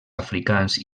africans